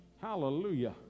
Hallelujah